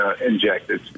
injected